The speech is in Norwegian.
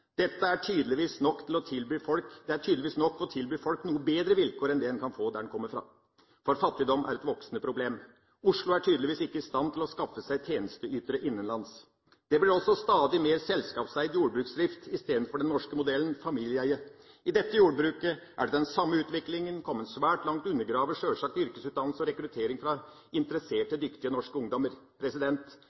til å utføre nødvendige oppgaver. Det er tydeligvis nok å tilby folk noe bedre vilkår enn det en kan få der en kommer fra, for fattigdom er et voksende problem. Oslo er tydeligvis ikke i stand til å skaffe seg tjenesteytere innenlands. Det blir også stadig mer selskapseid jordbruksdrift, i stedet for den norske modellen – familieeie. I dette jordbruket er den samme utviklinga kommet svært langt og undergraver sjølsagt yrkesutdannelse og rekruttering fra interesserte og dyktige norske ungdommer.